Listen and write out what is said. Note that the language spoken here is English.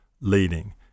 leading